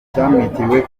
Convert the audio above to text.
cyamwitiriwe